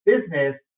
business